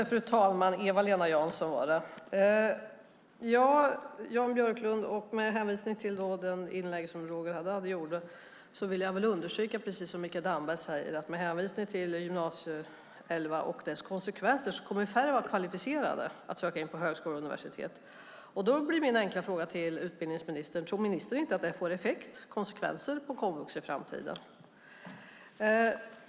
Fru talman! Med hänvisning till det inlägg som Roger Haddad gjorde vill jag understryka det som Mikael Damberg säger. Med anledning av Gy 11 och dess konsekvenser kommer färre att vara kvalificerade att söka in på högskolor och universitet. Då blir min enkla fråga till utbildningsministern: Tror inte utbildningsministern att det får konsekvenser för komvux i framtiden?